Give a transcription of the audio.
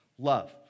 love